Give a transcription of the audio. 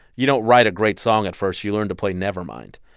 you don't write a great song at first. you learn to play nevermind.